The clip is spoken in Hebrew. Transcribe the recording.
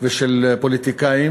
ושל פוליטיקאים,